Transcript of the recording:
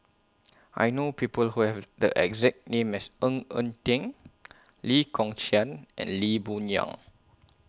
I know People Who Have The exact name as Ng Eng Teng Lee Kong Chian and Lee Boon Yang